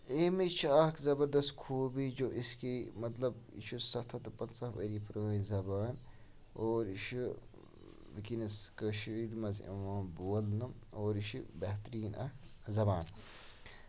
ییٚمِچ چھِ اکھ زَبردست خوٗبی جو اس کی مطلب یہِ چھُ سَتھ ہَتھ تہٕ پَنژاہ ؤری پرٲنۍ زَبان اور یہِ چھُ ؤنکیس کٔشیٖر منٛز یِوان بولنہٕ یہِ چھِ بہتریٖن اکھ زَبان